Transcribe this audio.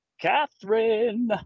Catherine